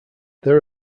there